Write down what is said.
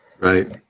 right